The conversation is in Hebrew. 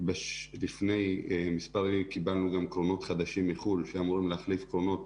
לפני מספר ימים קיבלנו גם קרונות חדשים מחו"ל שאמורים להחליף קרונות